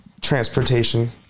transportation